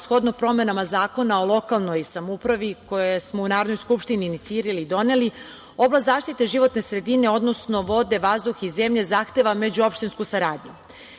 shodno promenama Zakona o lokalnoj samoupravi, koji smo u Narodnoj skupštini inicirali i doneli, oblast zaštite životne sredine odnosno vode, vazduha i zemlje zahteva međuopštinsku saradnju. Po